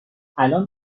الان